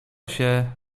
się